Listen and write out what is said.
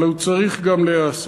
אבל הוא צריך גם להיעשות.